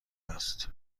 است